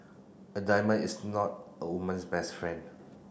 a diamond is not a woman's best friend